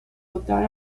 votar